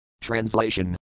Translation